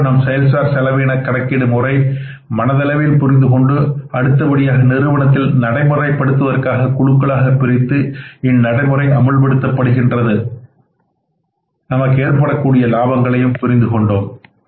எவ்வாறு நாம் செயல் சார் செலவின கணக்கிடும் முறையை மனதளவில் புரிந்துகொண்டு அடுத்தபடியாக நிறுவனத்தில் நடைமுறைப்படுத்துவதற்காக குழுக்களாகப் பிரித்து இந்நடைமுறை அமுல்படுத்தப்படுகின்றது நமக்கு ஏற்படக்கூடிய லாபங்களை புரிந்து கொண்டோம்